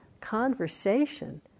conversation